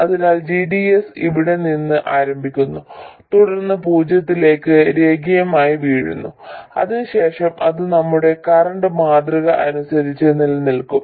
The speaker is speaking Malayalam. അതിനാൽ g d s ഇവിടെ നിന്ന് ആരംഭിക്കുന്നു തുടർന്ന് പൂജ്യത്തിലേക്ക് രേഖീയമായി വീഴുന്നു അതിനുശേഷം അത് നമ്മുടെ കറന്റ് മാതൃക അനുസരിച്ച് നിലനിൽക്കും